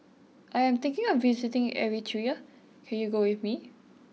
I am thinking of visiting Eritrea can you go with me